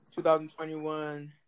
2021